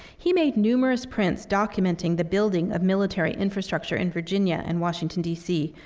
he made numerous prints documenting the building of military infrastructure in virginia and washington dc,